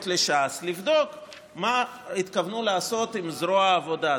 לש"ס לבדוק מה התכוונו לעשות עם זרוע העבודה,